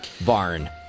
barn